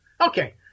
Okay